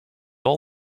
all